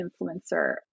influencer